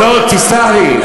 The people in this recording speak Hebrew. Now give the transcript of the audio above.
לא, תסלח לי.